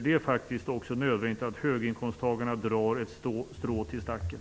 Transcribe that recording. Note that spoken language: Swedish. Det är faktiskt nödvändigt att också höginkomsttagarna drar ett strå till stacken.